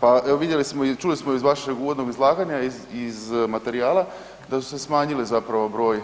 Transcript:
Pa evo vidjeli smo i čuli smo iz vašeg uvodnog izlaganja, iz materijala da su se smanjili zapravo broj